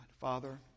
Father